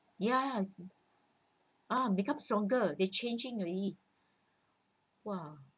ya ah becomes stronger they changing already !wah!